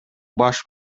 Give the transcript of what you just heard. баш